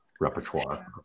repertoire